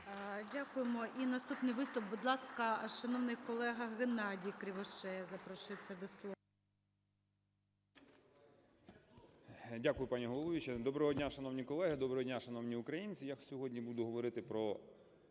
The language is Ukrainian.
Дякую, пані головуюча. Доброго дня, шановні колеги! Доброго дня, шановні українці!